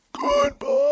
Goodbye